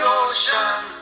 ocean